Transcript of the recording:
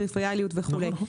פריפריאליות וכולי.